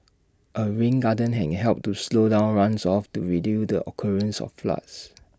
A rain garden can help to slow down runoffs to reduce the occurrence of floods